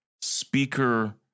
speaker